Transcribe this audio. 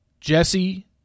Jesse